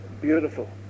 beautiful